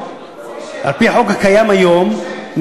היום.